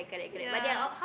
yeah